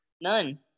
None